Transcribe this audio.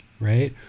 right